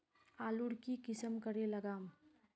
आलूर की किसम करे लागम?